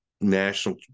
national